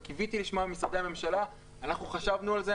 וקיוויתי לשמוע ממשרדי הממשלה: אנחנו חשבנו על זה,